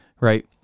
right